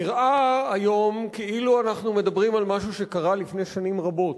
נראה היום כאילו אנחנו מדברים על משהו שקרה לפני שנים רבות,